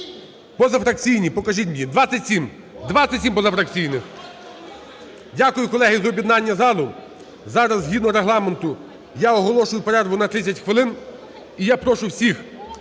Позафракційні, покажіть мені. 27! 27 – позафракційні. Дякую, колеги, за об'єднання залу. Зараз, згідно Регламенту, я оголошую перерву на 30 хвилин. І я прошу всіх